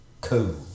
cool